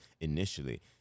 initially